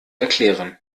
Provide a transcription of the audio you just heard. erklären